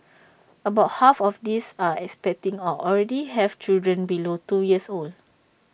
about half of these are expecting or already have children below two years old